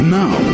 now